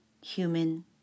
human